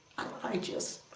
i just,